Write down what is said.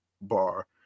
bar